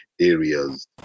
areas